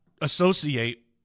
associate